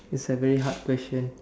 it's a very hard question